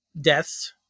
deaths